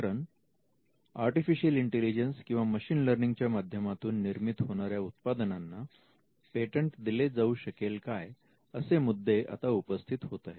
कारण artificial intelligence किंवा machine learning च्या माध्यमातून निर्मित होणाऱ्या उत्पादनांना पेटंट दिले जाऊ शकेल काय असे मुद्दे आता उपस्थित होत आहेत